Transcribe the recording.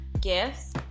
gifts